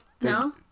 No